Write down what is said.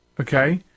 okay